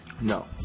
No